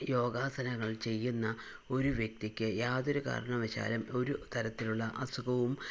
യോഗാസനങ്ങൾ ചെയ്യുന്ന ഒരു വ്യക്തിക്ക് യാതൊരു കാരണവശാലും ഒരു തരത്തിലുള്ള അസുഖവും